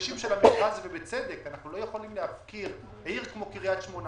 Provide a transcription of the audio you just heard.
אנחנו לא יכולים להפקיר עיר כמו קריית שמונה